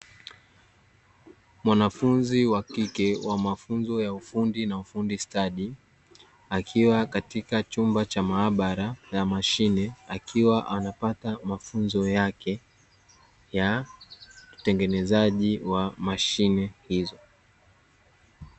Mwanafunzi wa kike wa mafunzo ya ufundi na ufundi stadi, akiwa katika chumba cha maabara na mashine akiwa anapata mafunzo yake ya utengenezaji wa mashine hizo.